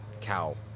Cow